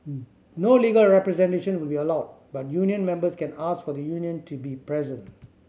no legal representation will be allowed but union members can ask for the union to be present